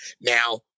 Now